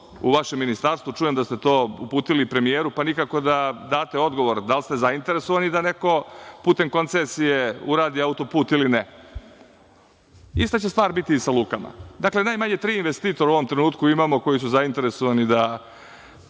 u vašem Ministarstvu. Čujem da ste to uputili premijeru, pa nikako da date odgovor, da li ste zainteresovani da neko putem koncesije uradi autoput ili ne? Ista će stvar biti i sa lukama. Dakle, najmanje tri investitora u ovom trenutku imamo koji su zainteresovani da